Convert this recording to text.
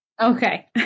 Okay